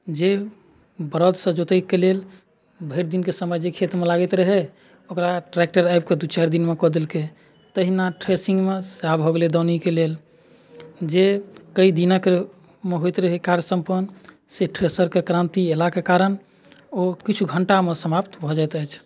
जे बरदसँ जोतयके लेल भरि दिनके समय जे खेतमे लागैत रहै ओकरा ट्रैक्टर आबिके दू चारि दिनमे कऽ देलकै तहिना थ्रेसिंगमे सएह भऽ गेलै दौनीके लेल जे कइ दिनक मे होइत रहै कार्य सम्पन्न से थ्रेसरके क्रान्ति अयलाके कारण ओ किछु घण्टामे समाप्त भऽ जाइत अछि